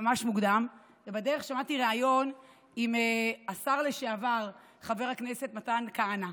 ממש מוקדם ובדרך שמעתי ריאיון עם השר לשעבר חבר הכנסת מתן כהנא,